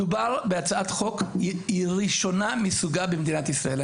מדובר בהצעת חוק ראשונה מסוגה במדינת ישראל.